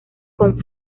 con